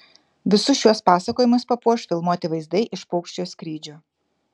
visus šiuos pasakojimus papuoš filmuoti vaizdai iš paukščio skrydžio